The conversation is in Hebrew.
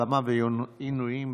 העלמה ועינויים,